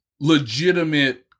legitimate